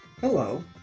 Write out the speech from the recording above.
Hello